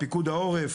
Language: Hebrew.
פיקוד העורף,